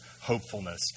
hopefulness